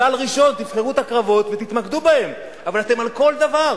כלל ראשון, ותתמקדו בהם, אבל אתם על כל דבר,